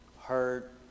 hurt